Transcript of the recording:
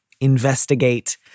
investigate